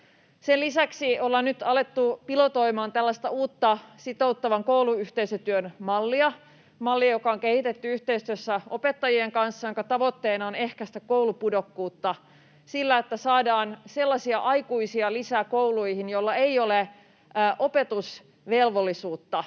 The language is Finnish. Sen lisäksi ollaan nyt alettu pilotoimaan tällaista uutta sitouttavan kouluyhteisötyön mallia, mallia, joka on kehitetty yhteistyössä opettajien kanssa ja jonka tavoitteena on ehkäistä koulupudokkuutta sillä, että saadaan sellaisia aikuisia lisää kouluihin, joilla ei ole opetusvelvollisuutta,